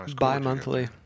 bi-monthly